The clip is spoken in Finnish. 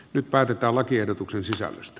nyt päätetään lakiehdotuksen sisällöstä